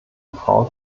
frau